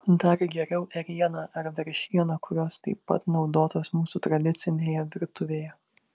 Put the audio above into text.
dar geriau ėriena ar veršiena kurios taip pat naudotos mūsų tradicinėje virtuvėje